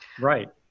Right